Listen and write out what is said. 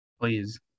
Please